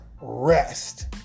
rest